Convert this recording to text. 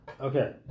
Okay